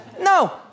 No